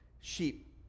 sheep